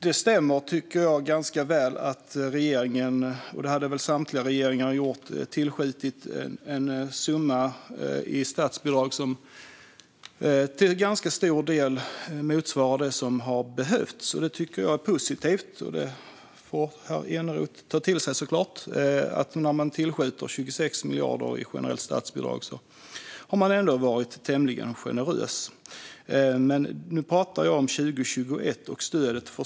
Det stämmer att regeringen har tillskjutit en summa i statsbidrag, vilket säkert samtliga regeringar hade gjort, som till ganska stor del motsvarar det som har behövts. Jag tycker att det är positivt. Det får herr Eneroth såklart ta till sig. När man tillskjuter 26 miljarder i generella statsbidrag har man ändå varit tämligen generös. Jag talar dock om stödet för 2021.